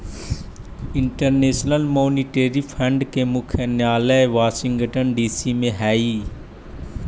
international monetary fund के मुख्यालय Washington DC में हई